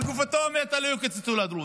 על גופתו המתה לא יקצצו לדרוזים.